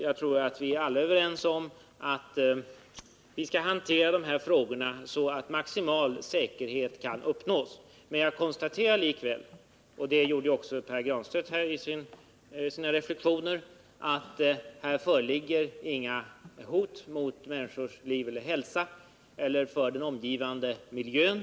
Jag tror att vi alla är överens om att vi skall hantera dessa frågor så att maximal säkerhet kan uppnås. Men jag konstaterar likväl — det gjorde ju också Pär Granstedt i sina reflexioner — att här föreligger inget hot mot människors liv eller hälsa eller för den omgivande miljön.